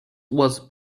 was